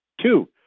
Two